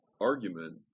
argument